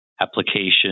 application